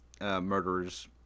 Murderers